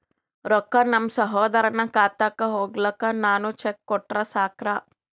ರೊಕ್ಕ ನಮ್ಮಸಹೋದರನ ಖಾತಕ್ಕ ಹೋಗ್ಲಾಕ್ಕ ನಾನು ಚೆಕ್ ಕೊಟ್ರ ಸಾಕ್ರ?